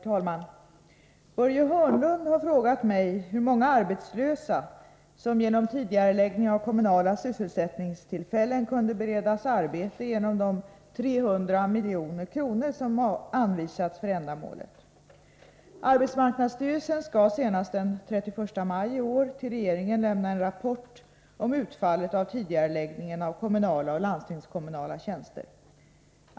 Herr talman! Börje Hörnlund har frågat mig hur många arbetslösa som genom tidigareläggning av kommunala sysselsättningstillfällen kunde beredas arbete genom de 300 milj.kr. som anvisats för ändamålet. Arbetsmarknadsstyrelsen skall senast den 31 maj i år till regeringen lämna en rapport om utfallet av tidigareläggningen av kommunala och landstingskommunala tjänster.